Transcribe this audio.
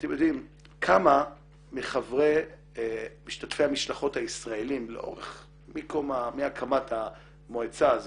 יודעים כמה ממשתתפי המשלחות הישראלים מהקמת המועצה הזאת,